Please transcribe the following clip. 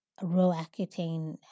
Roaccutane